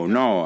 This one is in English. no